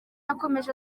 yakomeje